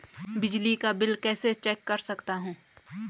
बिजली का बिल कैसे चेक कर सकता हूँ?